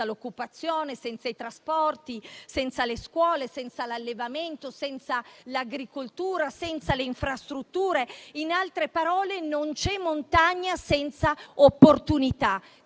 l'occupazione, senza i trasporti, senza le scuole, senza l'allevamento, senza l'agricoltura, senza le infrastrutture; in altre parole, non c'è montagna senza opportunità,